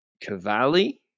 Cavalli